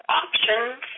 options